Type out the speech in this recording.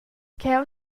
cheu